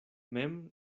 mem